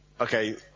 okay